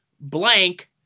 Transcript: blank